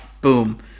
boom